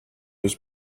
was